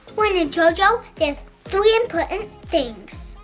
when you're jojo, there's three important things.